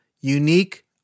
unique